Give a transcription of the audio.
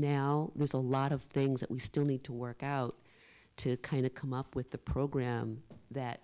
now there's a lot of things that we still need to work out to kind of come up with the program that